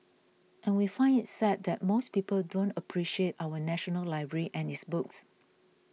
and we find it sad that most people don't appreciate our national library and its books